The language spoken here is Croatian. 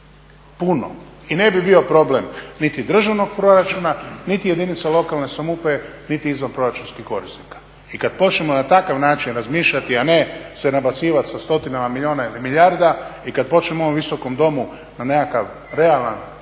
Puno i ne bi bio problem niti državnog proračuna niti jedinica lokalne samouprave niti izvanproračunskih korisnika i kad počnemo na takav način razmišljati, a ne se nabacivati sa stotinama milijuna ili milijarda i kad počnemo u ovom Visokom domu na nekakav realan